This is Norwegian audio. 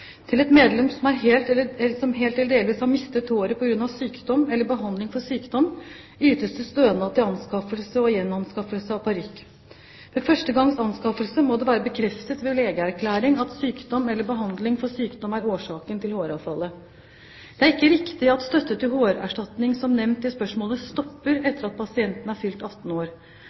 Til et medlem som helt eller delvis har mistet håret på grunn av sykdom eller behandling for sykdom, ytes det stønad til anskaffelse og gjenanskaffelse av parykk. Ved første gangs anskaffelse må det være bekreftet ved legeerklæring at sykdom eller behandling for sykdom er årsaken til håravfallet. Det er ikke riktig at støtte til hårerstatning, som nevnt i spørsmålet, stopper etter at pasienten er fylt 18 år.